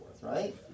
right